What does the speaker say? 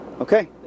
Okay